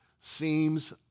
seems